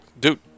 Dude